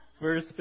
verse